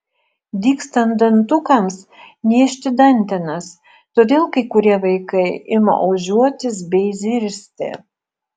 dygstant dantukams niežti dantenas todėl kai kurie vaikai ima ožiuotis bei zirzti